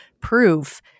proof